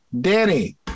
Danny